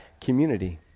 community